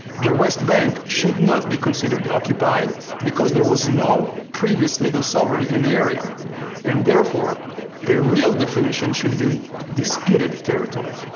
the west bank should not be considered occupied because there was no previous legal sovereign in the area and therefore the real definition should be disputed territory.